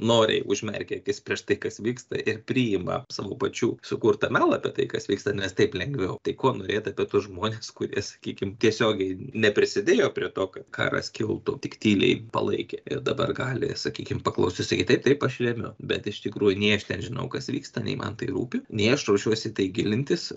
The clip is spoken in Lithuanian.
noriai užmerkia akis prieš tai kas vyksta ir priima savo pačių sukurtą melą apie tai kas vyksta nes taip lengviau tai ko norėt apie tuos žmones kurie sakykim tiesiogiai neprisidėjo prie to kad karas kiltų tik tyliai palaikė ir dabar gali sakykim paklausius taigi taip taip aš remiu bet iš tikrųjų nei aš ten žinau kas vyksta nei man tai rūpi nei aš ruošiuos į tai gilintis